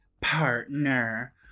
partner